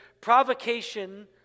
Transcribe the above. Provocation